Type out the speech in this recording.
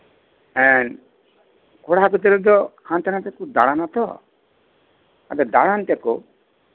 ᱦᱮᱸ ᱠᱚᱲᱟ ᱜᱤᱫᱽᱨᱟᱹ ᱫᱚ ᱦᱟᱱᱛᱮ ᱱᱟᱛᱮ ᱠᱚ ᱫᱟᱬᱟᱱᱟᱛᱚ ᱟᱫᱚ ᱫᱟᱬᱟᱱ ᱛᱮᱠᱚ